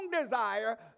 desire